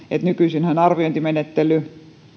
nykyisin arviointimenettely